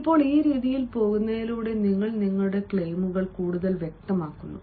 ഇപ്പോൾ ഈ രീതിയിൽ പോകുന്നതിലൂടെ നിങ്ങൾ നിങ്ങളുടെ ക്ലെയിമുകൾ കൂടുതൽ വ്യക്തമാക്കുന്നു